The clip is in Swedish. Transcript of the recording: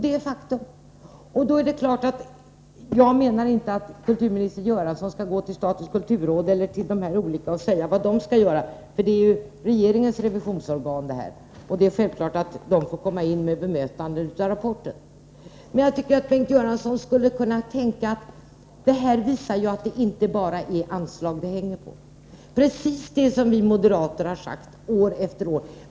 Detta är fakta. Jag menar inte att kulturminister Göransson skall gå till statens kulturråd eller till de olika institutionerna och tala om vad de skall göra — riksrevisionsverket är ju regeringens revisionsorgan, och det är självklart att de skall få inkomma med bemötanden av rapporten —- men jag tycker att Bengt Göransson skulle kunna säga att det här visar att det inte är bara anslag det hänger på; det är precis det som vi moderater sagt år efter år.